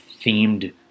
themed